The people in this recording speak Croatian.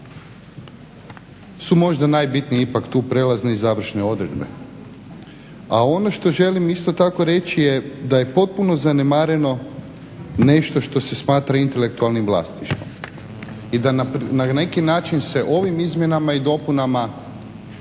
su možda najbitnije tu ipak prelazne i završne odredbe. A ono što želim isto tako reći je da je potpuno zanemareno nešto što se smatra intelektualnim vlasništvo i da na neki način se ovim izmjenama i dopunama